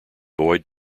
boyd